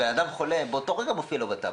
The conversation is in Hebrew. בן אדם חולה, באותו רגע זה מופיע לשוטר בטבלט.